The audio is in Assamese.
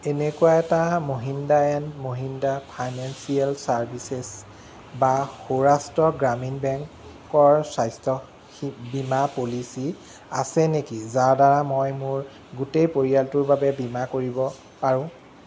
এনেকুৱা এটা Mahindra and Mahindra financial services বা সৌৰাষ্ট্ৰ গ্ৰামীণ বেংকৰ স্বাস্থ্য সি বীমা পলিচী আছে নেকি যাৰদ্বাৰা মই মোৰ গোটেই পৰিয়ালটোৰ বাবে বীমা কৰিব পাৰোঁ